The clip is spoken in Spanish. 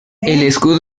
escudo